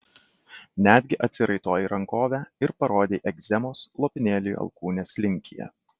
netgi atsiraitojai rankovę ir parodei egzemos lopinėlį alkūnės linkyje